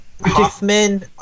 Hoffman